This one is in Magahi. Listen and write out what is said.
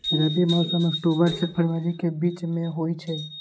रबी मौसम अक्टूबर से फ़रवरी के बीच में होई छई